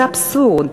זה אבסורד.